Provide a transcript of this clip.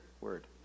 Word